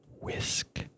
whisk